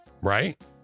Right